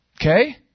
Okay